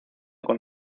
con